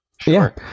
sure